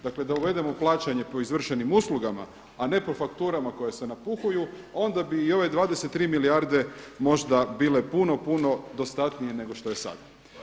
Dakle da uvedemo plaćanje po izvršenim uslugama a ne po fakturama koje se napuhuju onda bi i ove 23 milijarde možda bile puno, puno dostatnije nego što je sad.